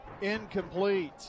incomplete